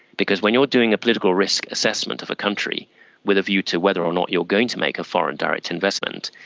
because when you're doing a political risk assessment of a country with a view to whether or not you're going to make a foreign direct investment,